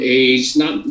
age—not